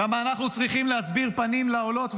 כמה אנחנו צריכים להסביר פנים לעולות ולעולים,